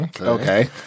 Okay